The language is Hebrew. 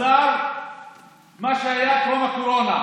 מספר העובדים במשק חזר למה שהיה טרום הקורונה.